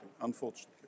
Unfortunately